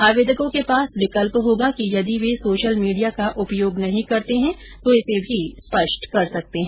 आवेदकों के पास विकल्प होगा कि यदि वे सोशल मीडिया का उपयोग नहीं करते तो इसे भी स्पष्ट कर सकते हैं